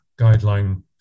guideline